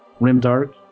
rimdark